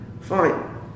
fine